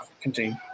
Continue